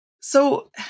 So-